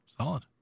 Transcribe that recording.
Solid